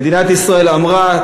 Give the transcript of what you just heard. מדינת ישראל אמרה,